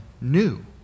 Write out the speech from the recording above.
new